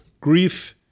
Grief